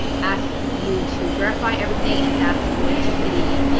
ask you to verify everything and that's going to be,